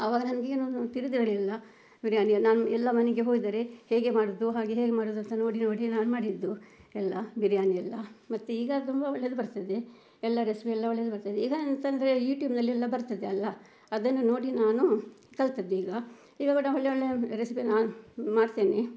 ಅವಾಗ ನನ್ಗೆ ಏನೂ ತಿಳಿದಿರಲಿಲ್ಲ ಬಿರಿಯಾನಿ ನಾನು ಎಲ್ಲ ಮನೆಗೆ ಹೋದರೆ ಹೇಗೆ ಮಾಡುದು ಹಾಗೆ ಹೇಗೆ ಮಾಡೋದು ಅಂತ ನೋಡಿ ನೋಡಿ ನಾನು ಮಾಡಿದ್ದು ಎಲ್ಲ ಬಿರಿಯಾನಿ ಎಲ್ಲ ಮತ್ತೆ ಈಗ ತುಂಬ ಒಳ್ಳೆದು ಬರ್ತದೆ ಎಲ್ಲ ರೆಸಿಪಿ ಎಲ್ಲ ಒಳ್ಳೆಯದು ಬರ್ತದೆ ಈಗ ಅಂತ ಅಂದ್ರೆ ಯೂಟ್ಯೂಬ್ನಲ್ಲೆಲ್ಲ ಬರ್ತದೆ ಅಲ್ಲ ಅದನ್ನು ನೋಡಿ ನಾನು ಕಲ್ತದ್ದು ಈಗ ಇವಾಗ ನಾನು ಒಳ್ಳೆ ಒಳ್ಳೆ ರೆಸಿಪಿ ನಾನು ಮಾಡ್ತೇನೆ